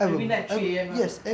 every night three A_M ah